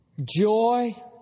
Joy